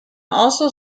also